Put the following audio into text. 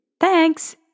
Thanks